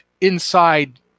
inside